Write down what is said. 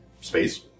space